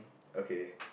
okay